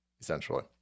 essentially